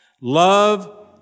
Love